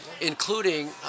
including